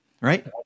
right